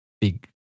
big